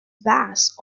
bass